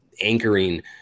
anchoring